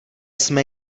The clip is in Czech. jsme